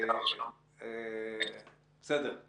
בסדר.